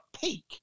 peak